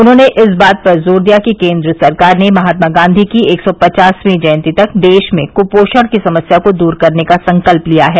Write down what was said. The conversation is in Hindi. उन्होंने इस बात पर जोर दिया कि केंद्र सरकार ने महात्मा गांधी की एक सौ पचासवीं जयंती तक देश में क्पोषण की समस्या को दूर करने का संकल्प लिया है